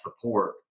support